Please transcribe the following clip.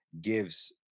gives